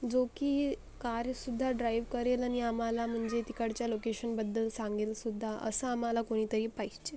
जो की कारसुद्धा ड्राईव्ह करेल आणि आम्हाला म्हणजे तिकडच्या लोकेशनबद्दल सांगेलसुद्धा असं आम्हाला कोणीतरी पाहिजे